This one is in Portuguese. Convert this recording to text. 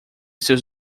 seus